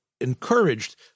encouraged